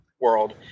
world